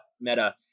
meta